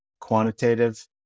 quantitative